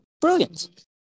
Brilliant